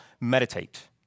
meditate